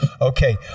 Okay